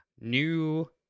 new